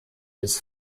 des